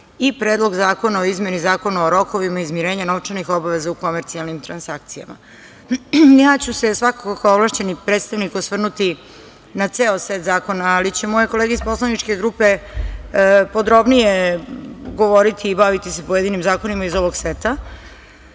i Predlog zakona o izmeni Zakona o rokovima izmirenja novčanih obaveza u komercijalnim transakcijama. Ja ću se svakako kao ovlašćeni predstavnik osvrnuti na ceo set zakona, ali će moje kolege iz poslaničke grupe podrobnije govoriti i baviti se sa pojedinim zakonima iz ovog sveta,